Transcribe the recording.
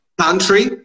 country